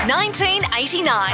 1989